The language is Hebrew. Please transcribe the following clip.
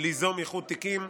ליזום איחוד תיקים.